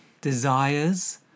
desires